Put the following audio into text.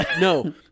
No